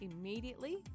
immediately